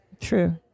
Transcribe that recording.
true